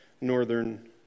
northern